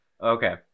Okay